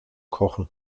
kochen